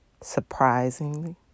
surprisingly